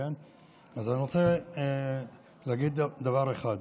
אז אני רוצה להגיד דבר אחד.